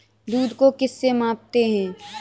दूध को किस से मापते हैं?